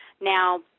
Now